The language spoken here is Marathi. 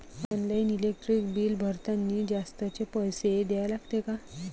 ऑनलाईन इलेक्ट्रिक बिल भरतानी जास्तचे पैसे द्या लागते का?